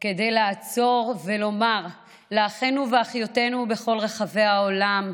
כדי לעצור ולומר לאחינו ואחיותינו בכל רחבי העולם: